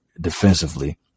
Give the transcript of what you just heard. defensively